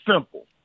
simple